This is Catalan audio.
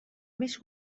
més